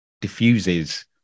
diffuses